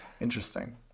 interesting